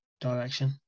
direction